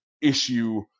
issue